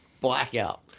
blackout